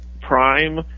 prime